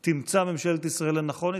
שאם תמצא ממשלת ישראל לנכון,